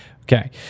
Okay